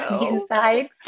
inside